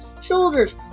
shoulders